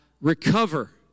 recover